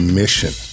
mission